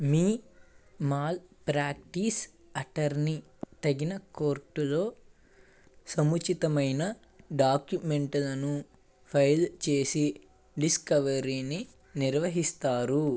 మీ malpractice attorney తగిన కోర్టులో సముచితమైన డాక్యుమెంట్లను ఫైల్ చేసి డిస్కవరీని నిర్వహిస్తారు